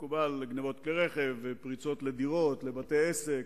גנבות כלי רכב, פריצות לדירות, לבתי-עסק,